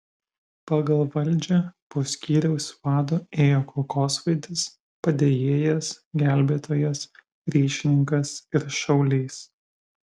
pagal valdžią po skyriaus vado ėjo kulkosvaidis padėjėjas gelbėtojas ryšininkas ir šaulys